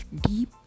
deep